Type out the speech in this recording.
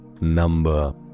number